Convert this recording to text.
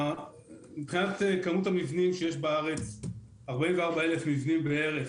מבחינת כמות המבנים שיש בארץ, 44,000 מבנים בערך,